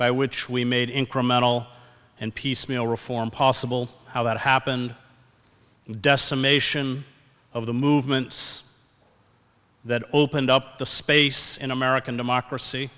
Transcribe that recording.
by which we made incremental and piecemeal reform possible how that happened decimation of the movements that opened up the space in american democracy